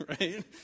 right